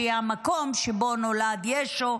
שהיא המקום שבו נולד ישו,